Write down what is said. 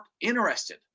interested